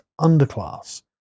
underclass